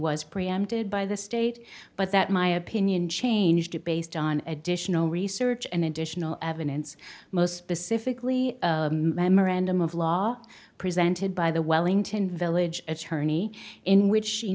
was preempted by the state but that my opinion changed based on additional research and additional evidence most specifically memorandum of law presented by the wellington village attorney in which she